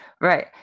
Right